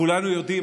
וכולנו יודעים,